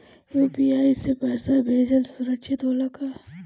UPI से पैसा भेजल सुरक्षित होला का?